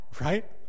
right